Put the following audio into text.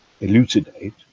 elucidate